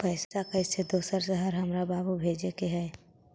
पैसा कैसै दोसर शहर हमरा बाबू भेजे के है?